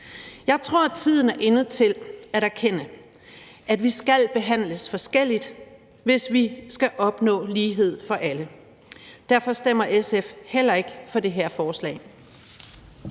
Jeg tror, at tiden er inde til at erkende, at vi skal behandles forskelligt, hvis vi skal opnå lighed for alle. Derfor stemmer SF heller ikke for det her forslag.